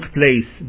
place